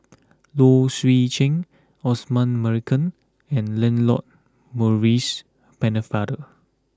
Low Swee Chen Osman Merican and Lancelot Maurice Pennefather